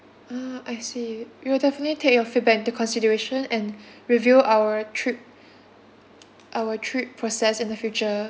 ah I see we will definitely take your feedback into consideration and review our trip our trip process in the future